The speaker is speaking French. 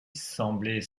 semblait